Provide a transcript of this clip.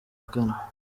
kane